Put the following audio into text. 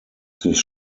sich